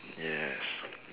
yes